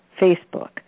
Facebook